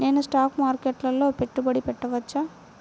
నేను స్టాక్ మార్కెట్లో పెట్టుబడి పెట్టవచ్చా?